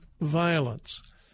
violence